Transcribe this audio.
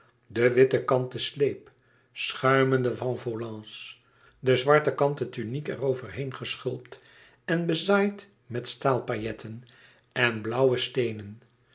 de witte kanten sleep schuimende van volants de zwarte kanten tuniek er over heen geschulpt en bezaaid met staalpailletten en blauwe steenen